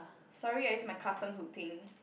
sorry I use my ka-cheng to think